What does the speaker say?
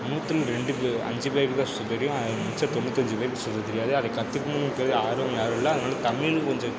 நூற்றுல ரெண்டு பேர் அஞ்சு பேருக்குதான் சுற்றத் தெரியும் அது மிச்ச தொண்ணூத்தஞ்சு பேர்த்துக்கு சுற்றத் தெரியாது அத கற்றுக்கணுங்கிறது ஆர்வம் யாரும் இல்லை அதனால தமிழ் கொஞ்சம்